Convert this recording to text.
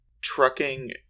trucking